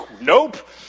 Nope